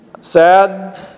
Sad